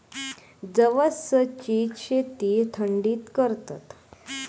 जवसची शेती थंडीत करतत